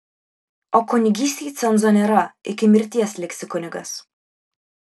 o kunigystei cenzo nėra iki mirties liksi kunigas